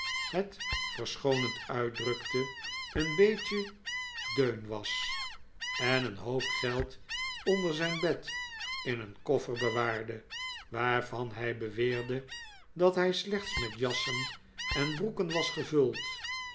het verschoonend uitdrukte een beetje deun was en een hoop geld onder zijn bed in een koffer bewaarde waarvan hij beweerde dat hij slechts met jassen en broeken was gevuld